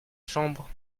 chambre